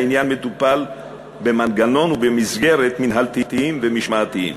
העניין מטופל במנגנון ובמסגרת מינהלתיים ומשמעתיים.